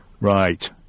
Right